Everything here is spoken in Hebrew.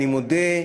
ואני מודה,